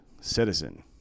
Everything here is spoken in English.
citizen